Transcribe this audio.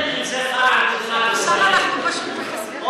אותם אנחנו פשוט מחסלים.